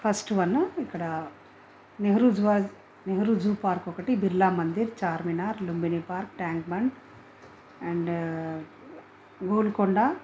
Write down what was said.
first one ఇక్కడ నెహ్రూ జూవా నెహ్రూ జూ పార్క్ ఒకటి Birla Mandir Charminar Lumbini park tank bund and Golconda